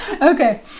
Okay